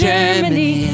Germany